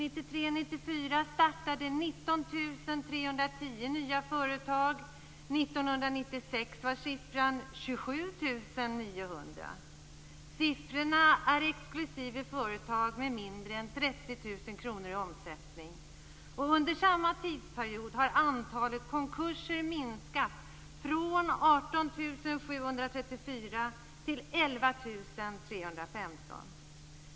1993/94 startade 19 310 nya företag, 1996 var siffran 27 900. Siffrorna är exklusive företag med mindre än 30 000 kronor i omsättning. Under samma tidsperiod har antalet konkurser minskat från 18 734 till 11 315.